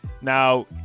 Now –